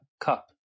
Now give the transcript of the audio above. cup